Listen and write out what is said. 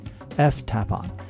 ftapon